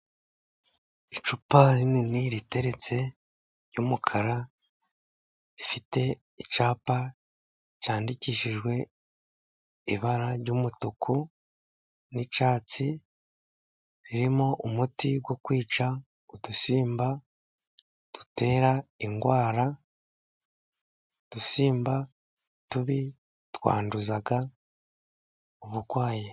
Icupa rinini riteretse ry'umukara, rifite icyapa cyandikishijwe ibara ry'umutuku n'icyatsi, ririmo umuti wo kwica udusimba dutera indwara. Udusimba tubi twanduza uburwayi.